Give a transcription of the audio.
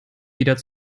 wieder